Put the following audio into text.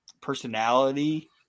personality